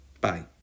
Bye